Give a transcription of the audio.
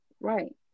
right